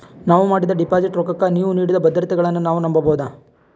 ನಾವು ಮಾಡಿದ ಡಿಪಾಜಿಟ್ ರೊಕ್ಕಕ್ಕ ನೀವು ನೀಡಿದ ಭದ್ರತೆಗಳನ್ನು ನಾವು ನಂಬಬಹುದಾ?